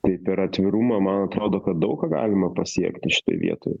tai per atvirumą man atrodo kad daug ką galima pasiekti šitoj vietoj